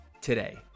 today